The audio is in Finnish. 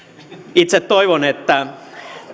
itse toivon että